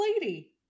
lady